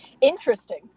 Interesting